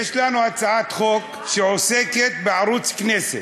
יש לנו הצעת חוק שעוסקת בערוץ הכנסת.